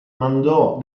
mandò